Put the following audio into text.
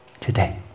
today